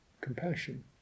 compassion